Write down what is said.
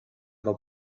del